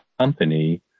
company